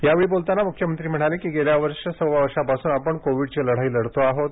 यावेळी बोलताना मुख्यमंत्री म्हणाले की गेल्या वर्ष सव्वा वर्षांपासून आपण कोविडची लढाई लढतो आहोत